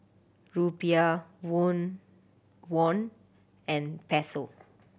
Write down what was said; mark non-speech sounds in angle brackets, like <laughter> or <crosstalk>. Rupiah <unintelligible> Won and Peso